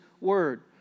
Word